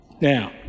Now